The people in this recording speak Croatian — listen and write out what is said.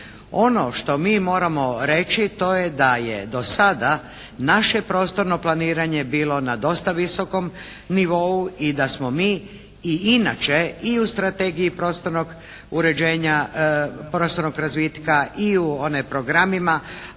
Ono što mi moramo reći to je da je do sada naše prostorno planiranje bilo na dosta visokom nivou i da smo mi i inače i strategiji prostornog uređenja, prostornog razvitka i u, onaj, programima,